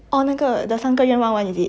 orh 那个 the 三个愿望 one is it